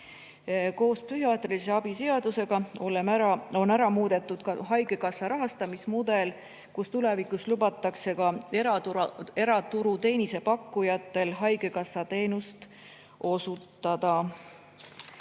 Koos psühhiaatrilise abi seadusega on ära muudetud ka haigekassa rahastamismudel, nii et tulevikus lubatakse ka eraturu teenusepakkujatel haigekassa teenust osutada.